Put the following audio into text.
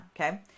okay